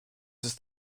ist